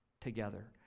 together